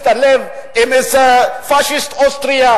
עם איזה פאשיסט אוסטרי,